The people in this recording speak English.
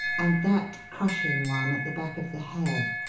and that crushing one at the back of the head.